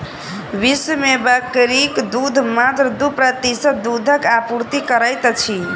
विश्व मे बकरीक दूध मात्र दू प्रतिशत दूधक आपूर्ति करैत अछि